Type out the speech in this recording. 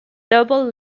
double